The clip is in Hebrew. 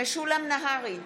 משולם נהרי,